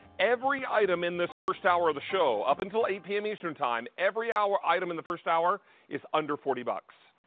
every item in this first hour of the show up until eight pm eastern, time every item in the first hour is under forty bucks.